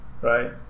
right